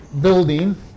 building